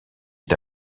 est